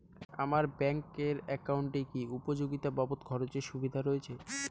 আমার ব্যাংক এর একাউন্টে কি উপযোগিতা বাবদ খরচের সুবিধা রয়েছে?